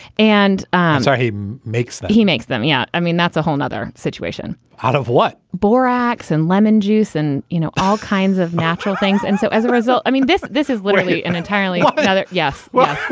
and so ah he makes he makes them. yeah. i mean, that's a whole nother situation out of what, borax and lemon juice and, you know, all kinds of natural things and so as a result, i mean, this this is literally an entirely other. yes. well,